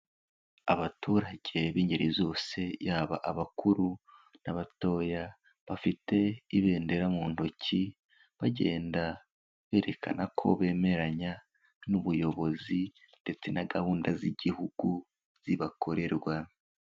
Abaturage b'ingeri zose yaba abakuru n'abatoya bafite ibendera mu ntoki bagenda berekana ko bemeranya n'ubuyobozi, ndetse na gahunda z'igihugu zibakorerwa.